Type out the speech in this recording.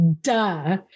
duh